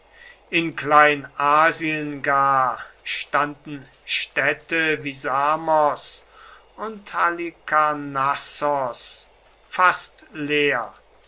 in kleinasien gar standen städte wie samos und halikarnassos fast leer